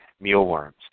mealworms